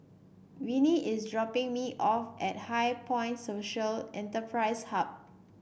Winnie is dropping me off at HighPoint Social Enterprise Hub